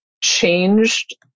changed